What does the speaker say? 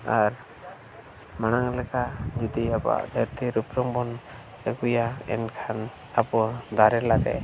ᱟᱨ ᱢᱟᱲᱟᱝ ᱞᱮᱠᱟ ᱡᱩᱫᱤ ᱟᱵᱚᱣᱟᱜ ᱫᱷᱟᱹᱨᱛᱤ ᱨᱩᱯ ᱨᱚᱝ ᱵᱚᱱ ᱟᱹᱜᱩᱭᱟ ᱮᱱᱠᱷᱟᱱ ᱟᱵᱚ ᱫᱟᱨᱮ ᱞᱟᱨᱮ